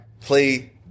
play